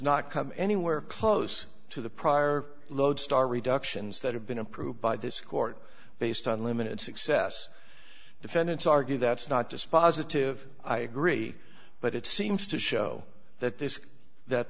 not come anywhere close to the prior lodestar reductions that have been approved by this court based on limited success defendants argue that's not dispositive i agree but it seems to show that this is that